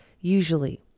usually